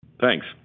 Thanks